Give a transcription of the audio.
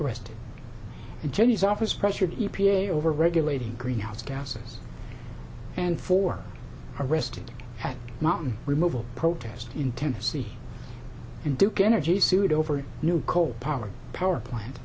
arrest and jennie's office pressured the e p a over regulating greenhouse gases and for arrested at mountain removal protest in tennessee and duke energy sued over new coal power power plant